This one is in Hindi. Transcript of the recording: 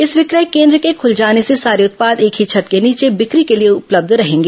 इस विक्रय केन्द्र के खुल जाने से सारे उत्पाद एक ही छत के नीचे बिक्री के लिए उपलब्ध रहेगी